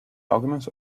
alchemist